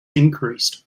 increased